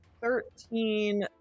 thirteen